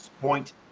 point